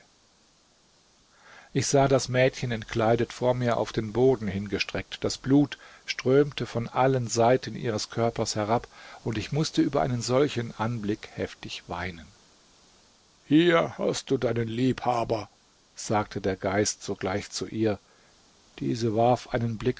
ich sah das mädchen entkleidet vor mir auf den boden hingestreckt das blut strömte von allen seiten ihres körpers herab und ich mußte über einen solchen anblick heftig weinen hier hast du deinen liebhaber sagte der geist sogleich zu ihr diese warf einen blick